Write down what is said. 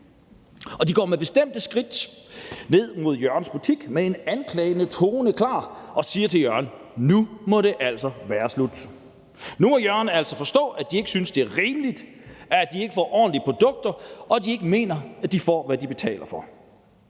Og de går med bestemte skridt ned mod Jørgens butik klar til med en anklagende tone at sige til Jørgen: Nu må det altså være slut. Nu må Jørgen altså forstå, at de ikke synes, det er rimeligt, at de ikke får nogle ordentlige produkter, og at de ikke mener, at de får, hvad de betaler for.